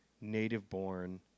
native-born